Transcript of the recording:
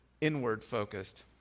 inward-focused